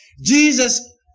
Jesus